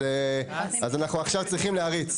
אז אנחנו צריכים להריץ